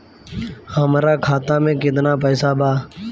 हमरा खाता मे केतना पैसा बा?